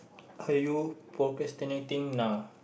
have you procrastinating now